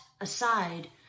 aside